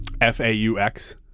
F-A-U-X